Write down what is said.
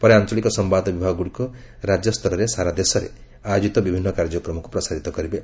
ପରେ ଆଞ୍ଚଳିକ ସମ୍ଭାଦ ବିଭାଗଗୁଡିକ ରାଜ୍ୟସ୍ତରରେ ସାରା ଦେଶରେ ଆକି ଆୟୋଜିତ ବିଭିନ୍ନ କାର୍ଯ୍ୟକ୍ରମକୁ ପ୍ରସାରିତ କରିବେ